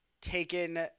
taken